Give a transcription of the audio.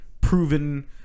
proven